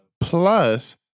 Plus